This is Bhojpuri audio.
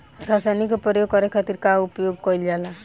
रसायनिक के प्रयोग करे खातिर का उपयोग कईल जाला?